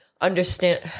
understand